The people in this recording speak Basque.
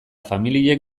familiek